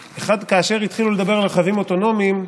כאשר התחילו לדבר על רכבים אוטונומיים,